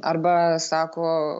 arba sako